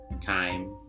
Time